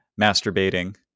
masturbating